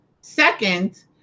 second